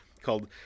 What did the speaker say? called